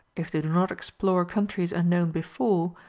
if they do not explore countries unknown before,